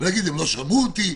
ולהגיד: הם לא שמעו אותי,